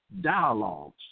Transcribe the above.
dialogues